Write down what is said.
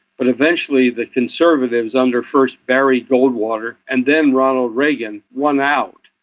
but eventually the conservatives under first barry goldwater and then ronald reagan won out.